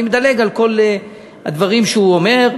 אני מדלג על כל הדברים שהוא אומר.